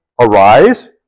Arise